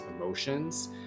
emotions